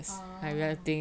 orh